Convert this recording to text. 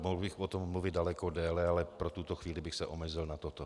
Mohl bych o tom mluvit daleko déle, ale pro tuto chvíli bych se omezil na toto.